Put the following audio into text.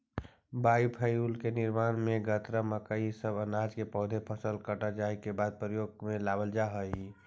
biofuel के निर्माण में गन्ना, मक्का इ सब अनाज के पौधा फसल कट जाए के बाद प्रयोग में लावल जा हई